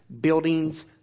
buildings